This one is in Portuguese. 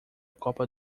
copa